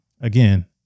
Again